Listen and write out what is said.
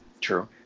True